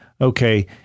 okay